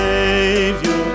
Savior